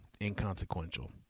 inconsequential